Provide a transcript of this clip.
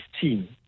team